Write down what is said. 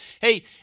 hey